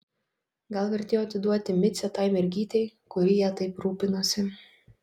gal vertėjo atiduoti micę tai mergytei kuri ja taip rūpinosi